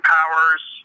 Powers